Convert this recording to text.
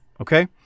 Okay